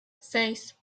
seis